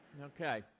Okay